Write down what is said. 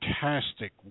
fantastic